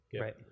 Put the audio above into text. Right